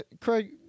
Craig